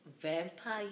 vampire